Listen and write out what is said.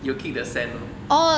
you will kick the sand lor